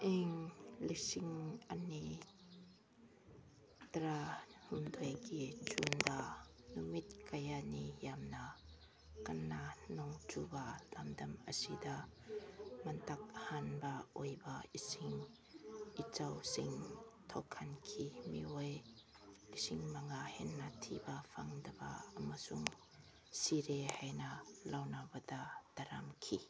ꯏꯪ ꯂꯤꯁꯤꯡ ꯑꯅꯤ ꯇꯔꯥ ꯍꯨꯝꯗꯣꯏꯒꯤ ꯖꯨꯟꯗ ꯅꯨꯃꯤꯠ ꯀꯌꯥꯅꯤ ꯌꯥꯝꯅ ꯀꯟꯅ ꯅꯣꯡ ꯆꯨꯕ ꯂꯝꯗꯝ ꯑꯁꯤꯗ ꯃꯥꯡ ꯇꯥꯛꯍꯟꯕ ꯑꯣꯏꯕ ꯏꯁꯤꯡ ꯏꯆꯥꯎꯁꯤꯡ ꯊꯣꯛꯍꯟꯈꯤ ꯃꯤꯑꯣꯏ ꯂꯤꯁꯤꯡ ꯃꯉꯥ ꯍꯦꯟꯅ ꯊꯤꯕ ꯐꯪꯗꯕ ꯑꯃꯁꯨꯡ ꯁꯤꯔꯦ ꯍꯥꯏꯅ ꯂꯧꯅꯕꯗ ꯇꯥꯔꯝꯈꯤ